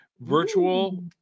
virtual